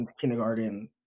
kindergarten